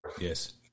Yes